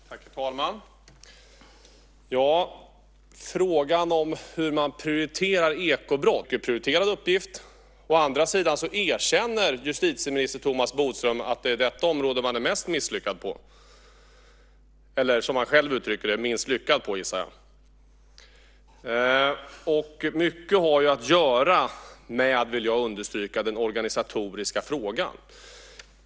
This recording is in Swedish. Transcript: Herr talman! Frågan om hur man prioriterar ekobrott kan man ställa sig när man frågar sig vad den svenska socialdemokratiska regeringen håller på med. Å ena sidan säger man att detta är en mycket prioriterad uppgift. Å andra sidan erkänner justitieminister Thomas Bodström att det är detta område som man är mest misslyckad på eller, som han själv uttrycker det, minst lyckad på, gissar jag. Mycket har att göra med den organisatoriska frågan.